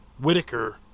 Whitaker